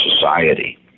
society